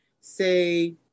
say